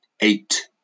Eight